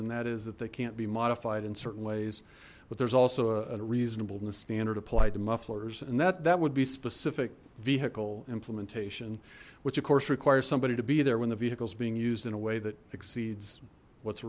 and that is that they can't be modified in certain ways but there's also a reasonableness standard applied to mufflers and that that would be specific vehicle implementation which of course requires somebody to be there when the vehicle is being used in a way that exceeds what's